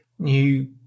new